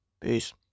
Peace